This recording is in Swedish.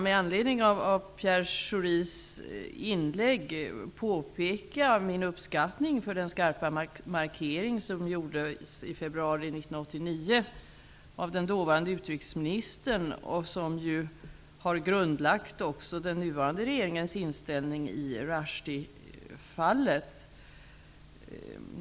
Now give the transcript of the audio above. Med anledning av Pierre Schoris inlägg vill jag gärna uttrycka min uppskattning för den markering som dåvarande utrikesministern gjorde i februari 1989, vilken också har grundlagt den nuvarande regeringens inställning i Rushdiefallet.